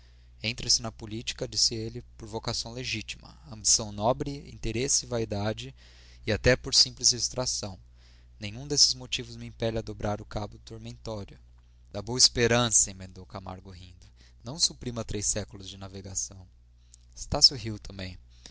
entra-se na política disse ele por vocação legítima ambição nobre interesse vaidade e até por simples distração nenhum desses motivos me impele a dobrar o abo ormentório a oa sperança emendou camargo rindo não suprima três séculos de navegação estácio riu também